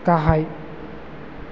गाहाय